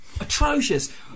atrocious